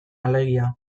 alegia